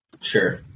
Sure